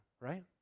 right